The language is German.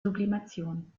sublimation